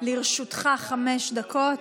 לרשותך חמש דקות,